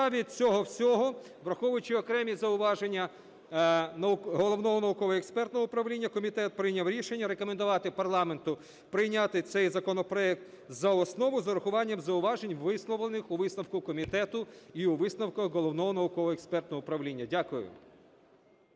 цього всього, враховуючи окремі зауваження Головного науково-експертного управління, комітет прийняв рішення рекомендувати парламенту прийняти цей законопроект за основу з урахуванням зауважень, висловлених у висновку комітету і у висновку Головного науково-експертного управління. Дякую.